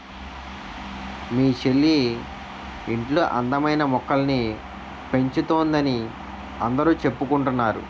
మీ చెల్లి ఇంట్లో అందమైన మొక్కల్ని పెంచుతోందని అందరూ చెప్పుకుంటున్నారు